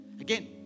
Again